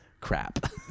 Crap